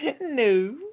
No